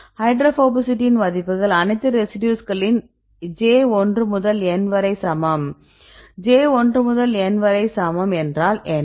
ஹைட்ரோபோபிசிட்டியின் மதிப்புகள் அனைத்து ரெசிடியூஸ்களின் j 1 முதல் n வரை சமம் j 1 முதல் n வரை சமம் n என்றால் என்ன